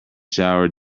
showered